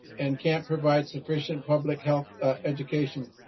and can't provide sufficient public health education.